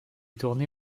tournés